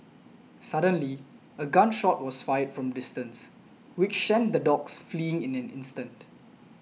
suddenly a gun shot was fired from a distance which sent the dogs fleeing in an instant